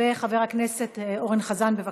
חבר הכנסת אורן חזן, בבקשה,